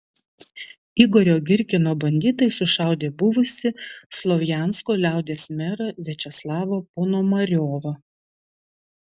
igorio girkino banditai sušaudė buvusį slovjansko liaudies merą viačeslavą ponomariovą